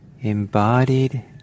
embodied